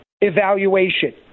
evaluation